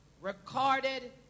recorded